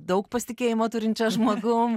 daug pasitikėjimo turinčią žmogum